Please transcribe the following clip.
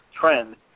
trend